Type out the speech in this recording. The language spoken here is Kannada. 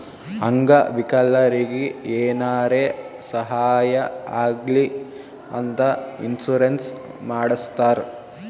ಅಂಗ ವಿಕಲರಿಗಿ ಏನಾರೇ ಸಾಹಾಯ ಆಗ್ಲಿ ಅಂತ ಇನ್ಸೂರೆನ್ಸ್ ಮಾಡಸ್ತಾರ್